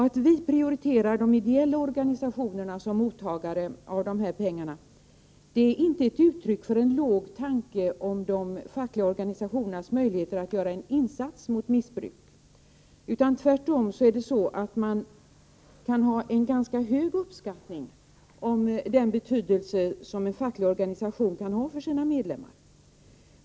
Att vi prioriterar de ideella organisationerna som mottagare av dessa medel är inte ett uttryck för en låg tanke om de fackliga organisationernas möjligheter att göra en insats mot missbruk. Tvärtom kan man hysa stor uppskattning av den betydelse som en facklig organisation kan ha för sina medlemmar.